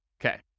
Okay